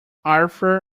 arthur